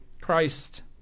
Christ